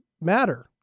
matter